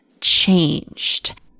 changed